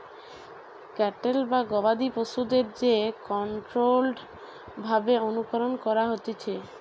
cattle বা গবাদি পশুদের যে কন্ট্রোল্ড ভাবে অনুকরণ করা হতিছে